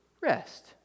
Rest